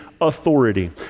authority